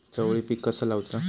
चवळी पीक कसा लावचा?